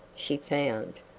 she found,